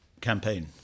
campaign